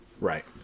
Right